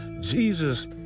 Jesus